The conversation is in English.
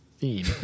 theme